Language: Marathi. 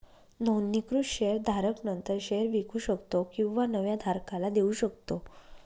नोंदणीकृत शेअर धारक नंतर शेअर विकू शकतो किंवा नव्या धारकाला देऊ शकतो